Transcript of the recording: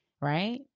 right